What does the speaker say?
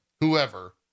Whoever